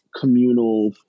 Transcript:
communal